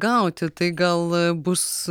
gauti tai gal bus